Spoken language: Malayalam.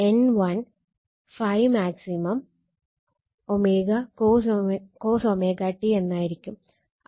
അപ്പോൾ ഇതായിരിക്കും V1